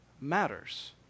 matters